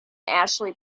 ashley